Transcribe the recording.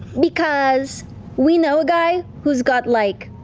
because we know a guy who's got, like,